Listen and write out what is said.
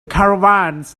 caravans